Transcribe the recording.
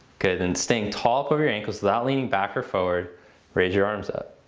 good, then staying tall up over your ankles without leaning back or forward raise your arms up.